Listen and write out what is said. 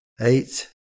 eight